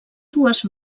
dues